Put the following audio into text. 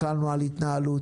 מחלנו על התנהלות,